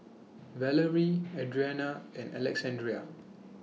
Valarie Adrianna and Alexandrea